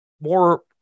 more